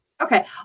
Okay